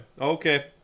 okay